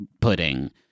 pudding